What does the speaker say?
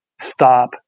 stop